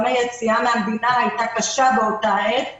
היציאה מהמדינה הייתה קשה באותה העת ולכן,